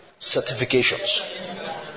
certifications